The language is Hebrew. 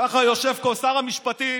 ככה יושב פה שר המשפטים